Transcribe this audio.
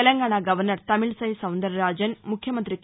Telangana governor Tamilisai Soundararajan ముఖ్యమంత్రి క